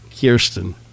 Kirsten